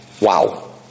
Wow